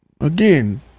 again